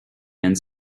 and